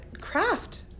craft